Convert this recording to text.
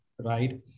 right